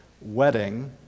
wedding